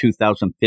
2015